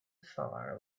far